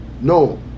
no